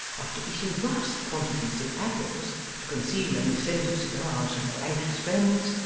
after eating vast quantities of apples to conceal any scent of cigars from their anxious friends,